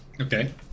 Okay